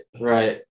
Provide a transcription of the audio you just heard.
Right